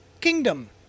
Kingdom